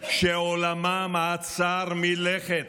שעולמן עצר מלכת.